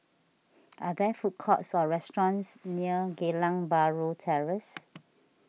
are there food courts or restaurants near Geylang Bahru Terrace